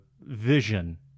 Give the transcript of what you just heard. vision